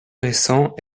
récents